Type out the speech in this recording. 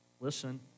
Listen